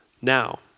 Now